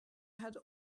had